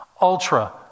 ultra